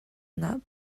not